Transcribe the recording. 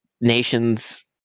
nations